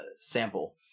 sample